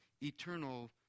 eternal